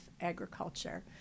agriculture